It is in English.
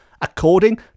according